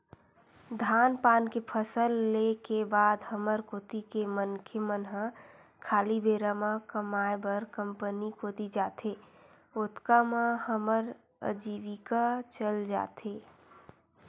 धान पान के फसल ले के बाद हमर कोती के मनखे मन ह खाली बेरा म कमाय बर कंपनी कोती जाथे, ओतका म हमर अजीविका चल जाथे